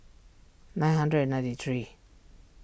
nine hundred and ninety three